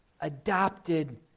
adopted